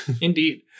indeed